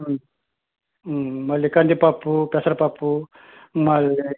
మళ్ళీ కందిపప్పు పెసరపప్పు మళ్ళీ